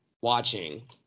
watching